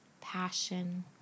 passion